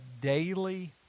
daily